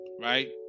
right